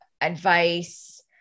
advice